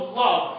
love